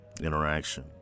interaction